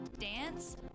dance